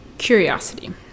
Curiosity